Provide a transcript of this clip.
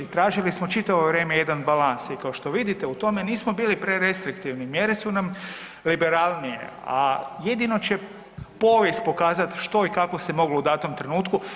Tražili smo čitavo vrijeme jedan balans i kao što vidite u tome nismo bili prerestriktivni, mjere su nam liberalnije, a jedino će povijest pokazat što i kako se moglo u datom trenutku.